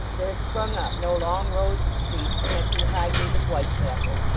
there had sprung up no long rows of streets connecting highgate with whitechapel,